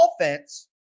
offense